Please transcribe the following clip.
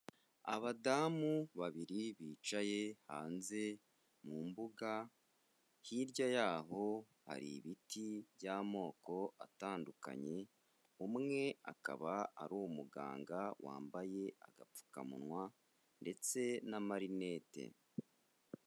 Abadamu babiri bicaye hanze mu mbuga, hirya y'aho hari ibiti by'amoko atandukanye, umwe akaba ari umuganga wambaye agapfukamunwa ndetse n'amarinete.